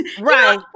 Right